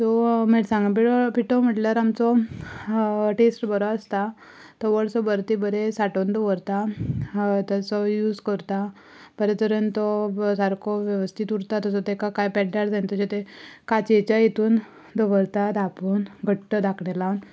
so मिरसांगा पिठो पिठो म्हणल्यार आमचो टॅस्ट बरो आसता तो वर्सभर तीं बरें सांटोवन दवरता ताचो यूज करता बरे तरेन तो सारको वेवस्थीत उरता तसो तेका काय पेड्ड्यार जायना तेचे तें खांच्येच्या हितून दवरता धांपून घट्ट धांकणे लावन